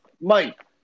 Mike